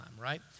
right